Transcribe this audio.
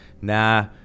nah